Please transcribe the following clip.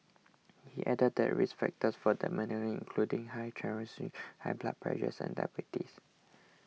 he added that risk factors for dementia including high cholesterol high blood pressures and diabetes